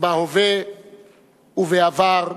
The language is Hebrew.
בהווה ובעבר,